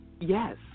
Yes